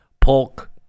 Polk